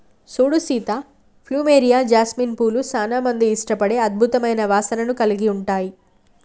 సూడు Sita plumeria, jasmine పూలు సానా మంది ఇష్టపడే అద్భుతమైన వాసనను కలిగి ఉంటాయి